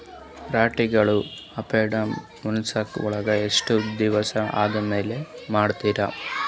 ಠೇವಣಿಗಳ update passbook ವಳಗ ಎಷ್ಟ ದಿವಸ ಆದಮೇಲೆ ಮಾಡ್ತಿರ್?